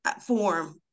form